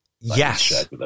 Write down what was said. Yes